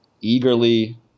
eagerly